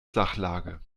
sachlage